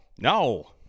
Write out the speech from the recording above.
No